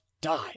die